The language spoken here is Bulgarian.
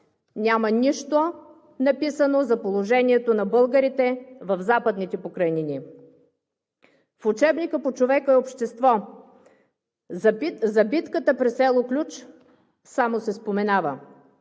Няма нищо написано за положението на българите в Западните покрайнини. В учебника „Човекът и обществото“ за битката при село Ключ само се споменава.